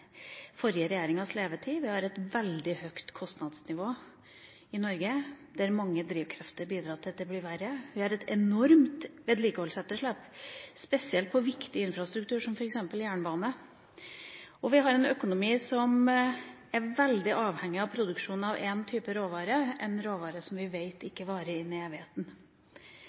forrige regjeringas levetid, vi har et veldig høyt kostnadsnivå i Norge – der mange drivkrefter bidrar til at det blir verre – vi har et enormt vedlikeholdsetterslep, spesielt på viktig infrastruktur som f.eks. jernbane, og vi har en økonomi som er veldig avhengig av produksjon av én type råvare, en råvare vi vet ikke varer inn i